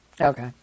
Okay